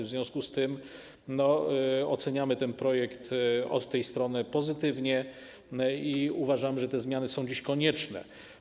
W związku z tym oceniamy ten projekt od tej strony pozytywnie i uważamy, że te zmiany są dziś konieczne.